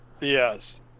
yes